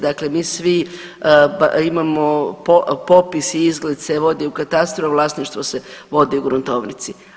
Dakle, mi svi imamo popis i izgled se vodi u katastru, a vlasništvo se vodi u gruntovnici.